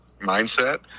mindset